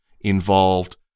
involved